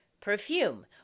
perfume